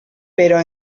però